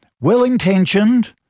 Well-intentioned